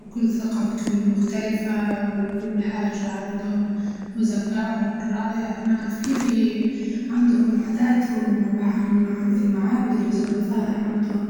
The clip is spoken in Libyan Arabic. وكل ثقافتهم المختلفة وكل حاجة عندهم، وزكاءهم الرائع ونعرف كيف ي- عندهم عاداتهم ومبا والمع- والمعابد اللي يزوروا فيها عندهم.